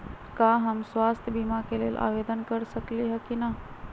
का हम स्वास्थ्य बीमा के लेल आवेदन कर सकली ह की न?